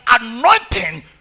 anointing